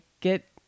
get